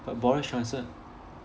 but boris johnson